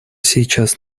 сейчас